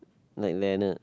like Leonard